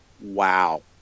Wow